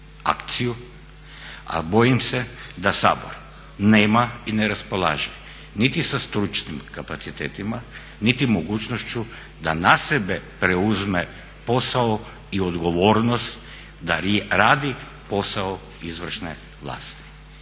a bojim se da Sabor nema i ne raspolaže niti sa stručnim kapacitetima niti mogućnošću da na sebe preuzme posao i odgovornost da radi posao izvršne vlasti.